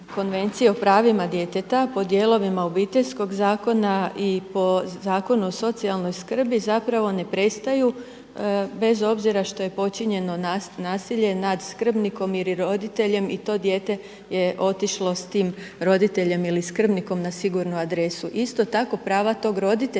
Konvenciji o pravima djeteta po dijelovima Obiteljskog zakona i po Zakon o socijalnoj skrbi zapravo ne prestaju bez obzira što je počinjeno nasilje nad skrbnikom ili roditeljem i to dijete je otišlo s tim roditeljem ili skrbnikom na sigurnu adresu. Isto tako prava tog roditelja